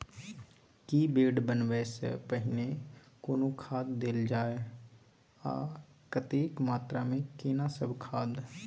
की bed बनबै सॅ पहिने कोनो खाद देल जाय आ कतेक मात्रा मे केना सब खाद?